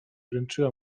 wręczyła